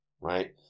right